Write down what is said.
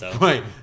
Right